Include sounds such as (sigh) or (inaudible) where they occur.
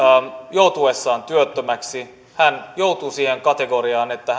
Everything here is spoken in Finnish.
joutuessaan työttömäksi joutuu siihen kategoriaan että (unintelligible)